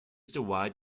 white